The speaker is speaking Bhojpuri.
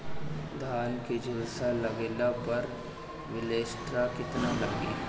धान के झुलसा लगले पर विलेस्टरा कितना लागी?